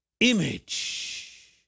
Image